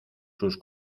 sus